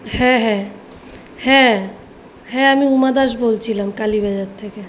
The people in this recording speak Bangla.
হ্যাঁ হ্যাঁ হ্যাঁ হ্যাঁ আমি উমা দাস বলছিলাম কালীবাজার থেকে